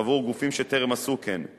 עבור גופים שטרם עשו כן,